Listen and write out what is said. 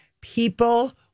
people